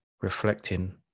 reflecting